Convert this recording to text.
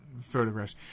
photographs